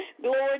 Glory